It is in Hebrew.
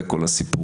זה כל הסיפור.